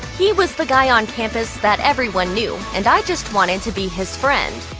he was the guy on campus that everyone knew, and i just wanted to be his friend.